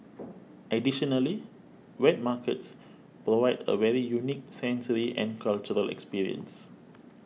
additionally wet markets provide a very unique sensory and cultural experience